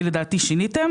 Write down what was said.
כי לדעתי שיניתם